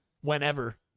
whenever